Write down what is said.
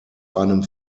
einem